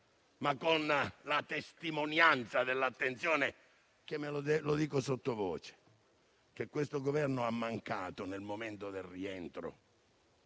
ma con la testimonianza dell'attenzione che - lo dico sottovoce - questo Governo ha mancato nel momento del rientro,